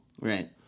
right